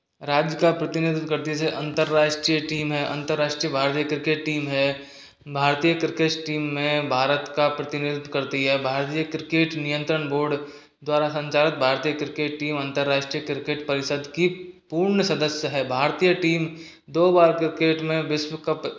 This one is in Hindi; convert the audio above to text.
राज्य का प्रतिनिधित्व करती है जैसे अन्तर्राष्ट्रीय टीम है अन्तर्राष्ट्रीय भारतीय क्रिकेट टीम है भारतीय क्रिकेट टीम में भारत का प्रतिनिधित्व करती है भारतीय क्रिकेट नियंत्रण बोर्ड द्वारा संचारक भारतीय क्रिकेट टीम अन्तर्राष्ट्रीय क्रिकेट परिषद की पूर्ण सदस्य है भारतीय टीम दो बार क्रिकेट में विश्व कप